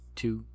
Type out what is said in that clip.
two